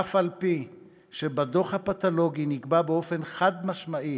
אף-על-פי שבדוח הפתולוגי נקבע באופן חד-משמעי